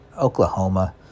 Oklahoma